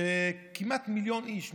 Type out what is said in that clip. שכמעט מיליון איש,